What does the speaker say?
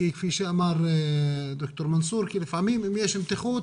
כפי שאמר ד"ר מנסור, לפעמים אם יש מתיחות